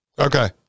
Okay